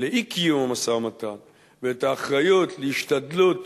לאי-קיום המשא-ומתן ואת האחריות להשתדלות